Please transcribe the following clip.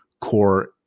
core